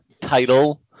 title